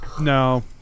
No